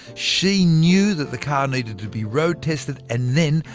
she knew that the car needed to be road tested and then,